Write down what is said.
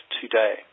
today